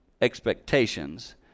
expectations